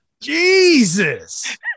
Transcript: jesus